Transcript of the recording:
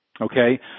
Okay